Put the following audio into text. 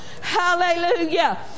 hallelujah